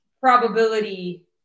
probability